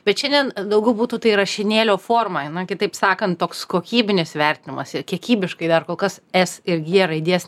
bet šiandien daugiau būtų tai rašinėlio forma na kitaip sakant toks kokybinis įvertinimas ir kiekybiškai dar kol kas es ir gie raidės